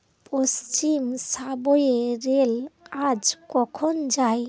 পশ্চিম subway rail আজ কখন যায়